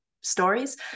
stories